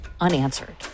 unanswered